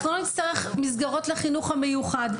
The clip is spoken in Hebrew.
אנחנו לא נצטרך מסגרות לחינוך המיוחד.